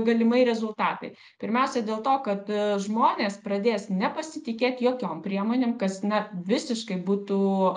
galimi rezultatai pirmiausia dėl to kad žmonės pradės nepasitikėti jokiom priemonėm kas na visiškai būtų